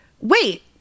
wait